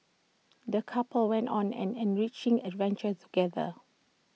the couple went on an enriching adventure together